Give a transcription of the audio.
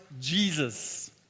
Jesus